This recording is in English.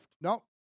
No